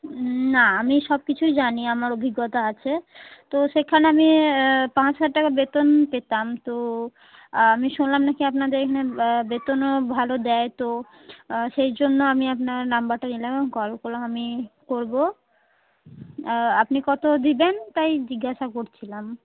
না আমি সব কিছুই জানি আমার অভিজ্ঞতা আছে তো সেখানে আমি পাঁচ হাজার টাকা বেতন পেতাম তো আমি শুনলাম নাকি আপনাদের এখানে বেতনও ভালো দেয় তো সেই জন্য আমি আপনার নম্বরটা নিলাম এবং কল করলাম আমি করবো আপনি কতো দিবেন তাই জিজ্ঞাসা করছিলাম